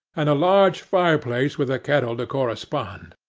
and a large fireplace with a kettle to correspond,